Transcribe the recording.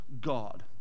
god